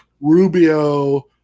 Rubio